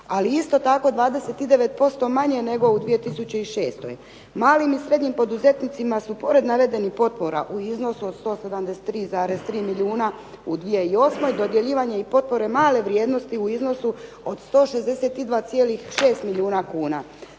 ali isto tako 29% manje nego u 2006. Malim i srednjim poduzetnicima su pored navedenih potpora u iznosu od 173,3 milijuna u 2008. dodjeljivane potpore od male vrijednosti u iznosu 162,6 milijuna kuna.